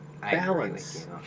balance